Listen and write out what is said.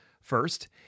First